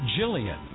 jillian